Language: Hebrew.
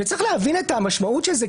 צריך להבין את המשמעות של זה,